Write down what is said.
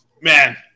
Man